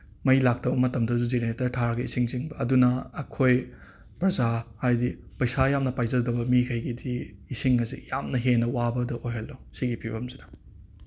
ꯃꯩ ꯂꯥꯛꯇꯕ ꯃꯇꯝꯗꯁꯨ ꯒꯦꯅꯔꯦꯇꯔ ꯊꯥꯔꯒ ꯏꯁꯤꯡ ꯆꯤꯡꯕ ꯑꯗꯨꯅ ꯑꯩꯈꯣꯏ ꯄ꯭ꯔꯖꯥ ꯍꯥꯏꯗꯤ ꯄꯩꯁꯥ ꯌꯥꯝꯅ ꯄꯥꯏꯖꯗꯕ ꯃꯤꯈꯩꯒꯤꯗꯤ ꯏꯁꯤꯡ ꯑꯁꯤ ꯌꯥꯝꯅ ꯍꯦꯟꯅ ꯋꯥꯕꯗꯨ ꯑꯣꯏꯍꯜꯂꯣ ꯁꯤꯒꯤ ꯐꯤꯕꯝꯁꯤꯗ